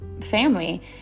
family